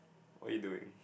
what you doing